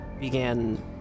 began